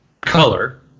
color